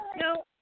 no